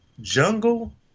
jungle